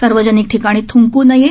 सार्वजनिक ठिकाणी थ्ंकू नये